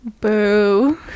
Boo